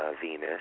Venus